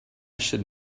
should